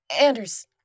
Anders